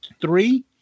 three